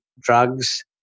drugs